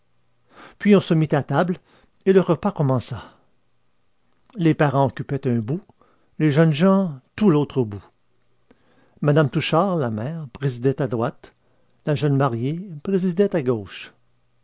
puis on se mit à table et le repas commença les parents occupaient un bout les jeunes gens tout l'autre bout mme touchard la mère présidait à droite la jeune mariée présidait à gauche